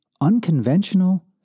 unconventional